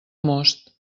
most